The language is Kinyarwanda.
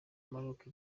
maroc